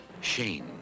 Shane